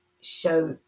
show